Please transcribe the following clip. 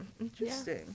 Interesting